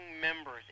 members